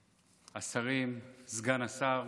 השרים, סגן השר,